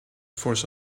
force